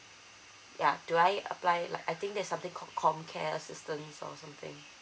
ya do I apply like I think there's something called comcare assistance or something